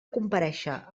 comparèixer